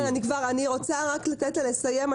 אני רוצה רק לתת לה לסיים.